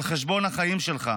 על חשבון החיים שלך,